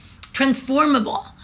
transformable